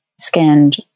scanned